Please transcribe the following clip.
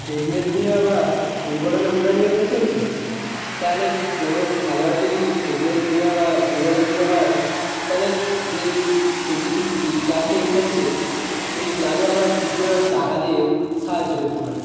fitness বিমা বা দুর্ঘটনা বিমা নিয়ে বলছেন তো তাহলে কোনো খেলোয়াড় যদি ফিটনেস বিমা বা দুর্ঘটনা বিমা হয় তাহলে যে সে যদি যে ক্লাব থেকে খেলছেন সেই ক্লাবে আমরা কিছু একটা টাকা দিয়ে সাহায্য করতে পারি